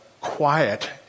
quiet